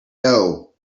know